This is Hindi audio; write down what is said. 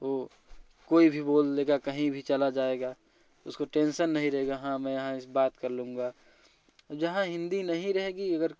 वो कोई भी बोल लेगा कहीं भी चला जाएगा उसको टेंशन नहीं रहेगा हाँ मैं यहाँ इस बात कर लूँगा जहाँ हिंदी नहीं रहेगी अगर